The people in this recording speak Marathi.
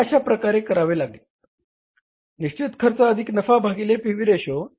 हे अशा प्रकारे करावे लागेल की निश्चित खर्च अधिक नफा भागिले पी व्ही रेशो